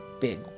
big